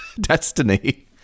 destiny